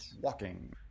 Walking